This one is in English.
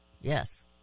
Yes